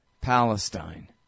Palestine